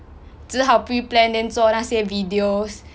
只好 pre-plan then 做那些 videos